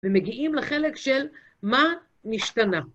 ומגיעים לחלק של מה נשתנה.